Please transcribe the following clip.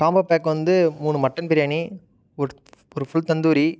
combo pack வந்து மூணு mutton biryani ஒரு ஒரு ஃபுல் தந்தூரி